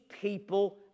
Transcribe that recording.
people